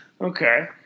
Okay